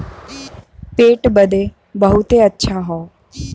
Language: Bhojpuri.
पेट बदे बहुते अच्छा हौ